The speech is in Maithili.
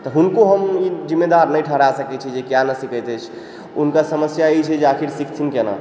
तऽ हुनको हम ई जिम्मेदार नहि ठहराए सकै छियै जे किया नहि सीखैत अछि हुनकर समस्या ई छै जे आखिर सीखथिन केना